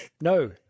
No